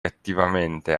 attivamente